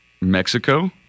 Mexico